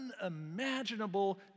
unimaginable